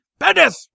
Bendis